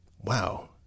Wow